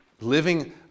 living